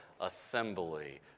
assembly